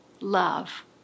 love